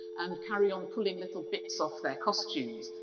and carry on pulling little bits off their costumes.